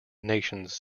nations